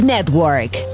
Network